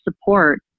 support